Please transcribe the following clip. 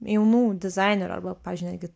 jaunų dizainerių arba pavyzdžiui netgi